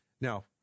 Now